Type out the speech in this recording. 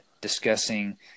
discussing